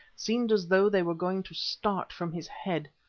seemed as though they were going to start from his head.